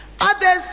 others